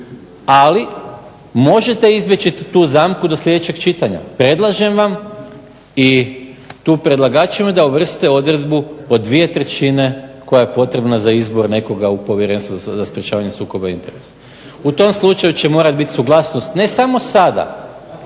Ali možete izbjeći tu zamku do sljedećeg čitanja. Predlažem vam i tu predlagačima da uvrste odredbu od 2/3 koja je potrebna za izbor nekoga u Povjerenstvo za sprečavanje sukoba interesa. U tom slučaju će morati biti suglasnost ne samo sada